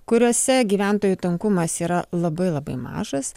kuriose gyventojų tankumas yra labai labai mažas